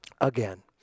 Again